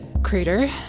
Crater